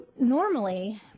normally